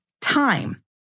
time